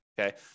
okay